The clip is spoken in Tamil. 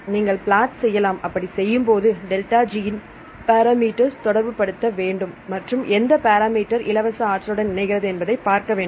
நீங்கள் பிளாட் செய்யலாம் அப்படி செய்யும் போது டெல்டா G இன் பேரா மீட்டர் தொடர்பு படுத்த வேண்டும் மற்றும் எந்த பேரா மீட்டர் இலவச ஆற்றலுடன் இணைகிறது என்பதை பார்க்க வேண்டும்